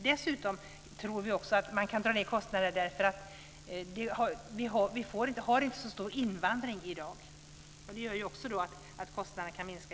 Dessutom tror vi att man kan dra ned kostnader därför att vi inte har så stor invandring i dag. Det gör också att kostnaderna kan minska.